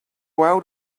out